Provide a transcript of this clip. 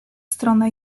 stronę